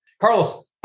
Carlos